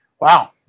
Wow